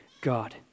God